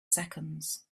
seconds